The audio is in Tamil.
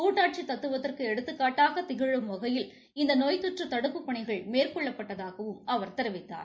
கூட்டாட்சி தத்துவத்திற்கு எடுத்துக்காட்டாக திகழும் வகையில் இந்த நோய் தொற்று தடுப்புப் பணிகள் மேற்கொள்ளப்பட்டதாகவும் அவர் தெரிவித்தார்